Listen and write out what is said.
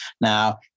Now